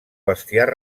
bestiar